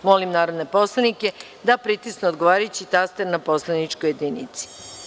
Molim narodne poslanike da pritisnu odgovarajući taster na poslaničkoj jedinici.